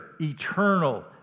eternal